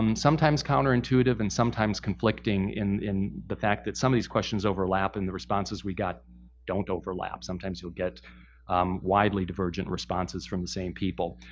um sometimes counter-intuitive and sometimes conflicting in in the fact that some of these questions overlap and the responses we got don't overlap. sometimes you'll get um widely divergent responses from the same people.